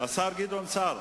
השר גדעון סער.